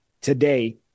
today